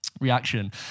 reaction